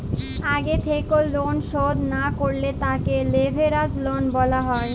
আগে থেক্যে লন শধ না করলে তাকে লেভেরাজ লন বলা হ্যয়